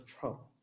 trouble